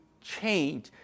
change